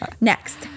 next